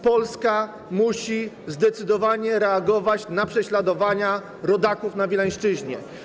Polska musi zdecydowanie reagować na prześladowania rodaków na Wileńszczyźnie.